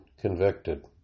convicted